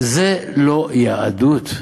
זה לא יהדות,